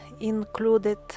included